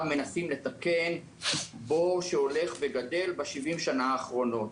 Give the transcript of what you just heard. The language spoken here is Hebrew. לתקן בור שהולך וגדל ב-70 השנה האחרונות.